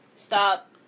stop